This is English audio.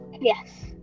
Yes